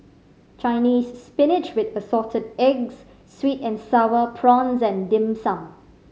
Chinese Spinach with Assorted Eggs sweet and Sour Prawns and Dim Sum